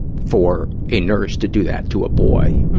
for a nurse to do that to a boy,